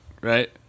right